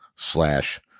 slash